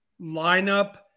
lineup